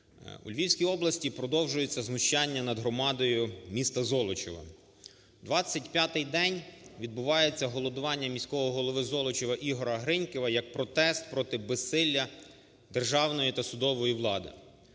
У Львівській області продовжується знущання над громадою міста Золочіва. Двадцять п'ятий день відбувається голодування міського голови Золочіва Ігоря Гринькова як протест проти безсилля державної та судової влади.